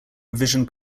revision